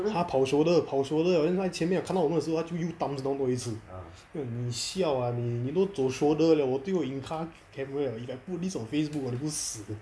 他跑 shoulder 跑 shoulder liao 他在前面他看到我们的时候他就又 thumbs down 多一次 then 你 siao ah 你你都走 shoulder 我对我 in car camera liao if I put this on facebook 你不是死